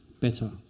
better